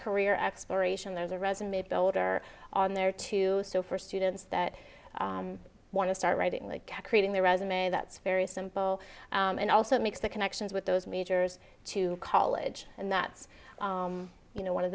career exploration there's a resume builder on there too so for students that want to start writing like creating their resume that's very simple and also makes the connections with those majors to college and that's you know one of